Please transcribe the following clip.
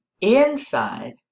inside